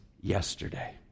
yesterday